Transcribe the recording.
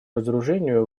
разоружению